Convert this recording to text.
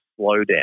slowdown